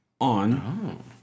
on